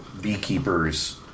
beekeepers